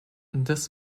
this